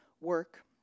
Work